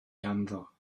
ganddo